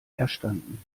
erstanden